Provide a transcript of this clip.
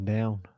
down